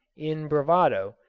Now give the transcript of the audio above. in bravado,